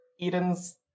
Eden's